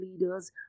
leaders